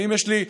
אם יש לי,